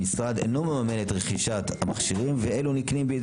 המשרד אינו מממן את רכישת המכשירים ואלו נקנים בידי